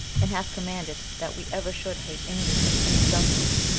and hath commanded that we ever should hate injuries and injustice,